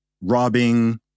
robbing